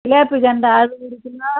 சிலேபி கெண்டை அது ஒரு கிலோ